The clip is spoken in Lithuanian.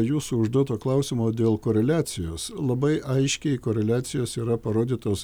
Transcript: jūsų užduoto klausimo dėl koreliacijos labai aiškiai koreliacijos yra parodytos